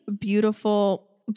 beautiful